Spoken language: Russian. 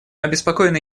обеспокоены